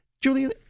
Julian